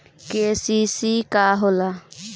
KCC का होला?